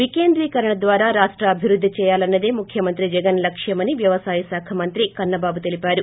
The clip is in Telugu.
వికేంద్రీకరణ ద్వారా రాష్ట అభివృద్ది చేయాలనన్నదే ముఖ్యమంత్రి జగన్ లక్ష్యమని వ్యవసాయ శాఖ మంత్రి కన్న బాబు తెలిపారు